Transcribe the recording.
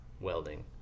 welding